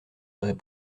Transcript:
aurait